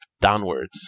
downwards